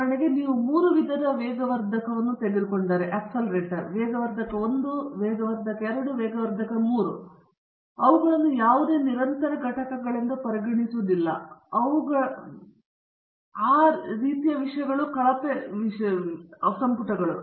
ಉದಾಹರಣೆಗೆ ನೀವು ಮೂರು ವಿಧದ ವೇಗವರ್ಧಕಗಳನ್ನು ವೇಗವರ್ಧಕ 1 ವೇಗವರ್ಧಕ 2 ವೇಗವರ್ಧಕ 3 ಹೊಂದಿದ್ದರೆ ನೀವು ಅವುಗಳನ್ನು ಯಾವುದೇ ನಿರಂತರ ಘಟಕಗಳೆಂದು ಪರಿಗಣಿಸುವುದಿಲ್ಲ ಏಕೆಂದರೆ ನೀವು ಅವುಗಳನ್ನು ಬೆಟ್ ಮೇಲ್ಮೈ ವಿಸ್ತೀರ್ಣದಲ್ಲಿ ಪ್ರತಿನಿಧಿಸುತ್ತಿಲ್ಲ ಮತ್ತು ಆ ರೀತಿಯ ವಿಷಯಗಳು ಕಳಪೆ ಸಂಪುಟಗಳು